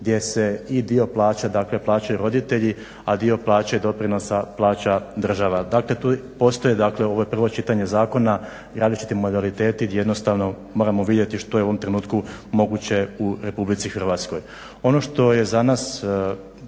gdje se i dio plaća, dakle plaćaju roditelji a dio plaćaju doprinosa plaća država. Dakle tu postoje dakle ovo je prvo čitanje zakona različiti modaliteti gdje jednostavno moramo vidjeti što je u ovom trenutku moguće u Republici Hrvatskoj. Ono što je za nas